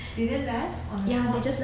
did they left on the spot